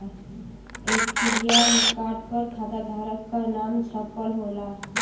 ATM card पर खाताधारक क नाम छपल होला